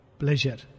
pleasure